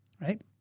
right